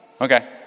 Okay